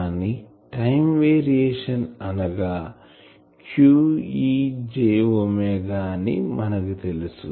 కానీ time variation అనగా q e j omega అని మనకు తెలుసు